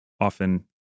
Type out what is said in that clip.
often